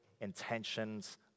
intentions